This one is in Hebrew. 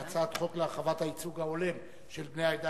להצעת החוק להרחבת הייצוג ההולם של בני העדה